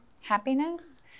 happiness